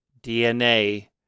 DNA